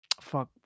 Fuck